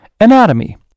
Anatomy